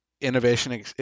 innovation